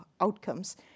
outcomes